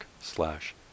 slash